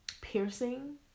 piercing